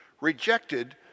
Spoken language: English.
rejected